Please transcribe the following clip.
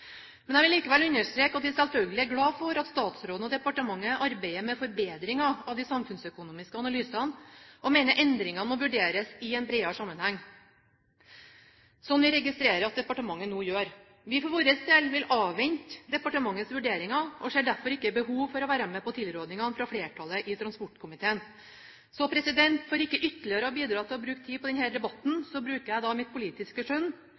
Men jeg vil likevel understreke at vi selvfølgelig er glade for at statsråden og departementet arbeider med forbedringer av de samfunnsøkonomiske analysene, og mener endringer må vurderes i en bredere sammenheng, slik vi registrerer at departementet nå gjør. Vi for vår del vil avvente departementets vurderinger og ser derfor ikke behov for å være med på tilrådingen fra flertallet i transportkomiteen. For ikke ytterligere å bidra til å bruke tid på denne debatten bruker jeg mitt politiske skjønn